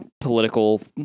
political